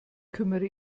kümmere